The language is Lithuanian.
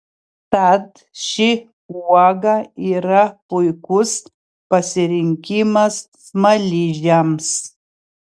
tad ši uoga yra puikus pasirinkimas smaližiams